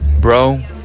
bro